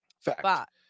Fact